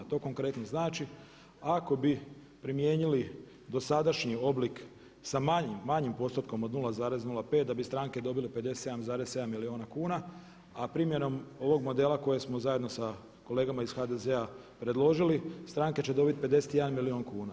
To konkretno znači ako bi primijenili dosadašnji oblik sa manjim postotkom od 0,05 da bi stranke dobile 57,7 milijuna kuna a primjenom ovog modela koje smo zajedno sa kolegama iz HDZ-a predložili stranke će dobiti 51 milijun kuna.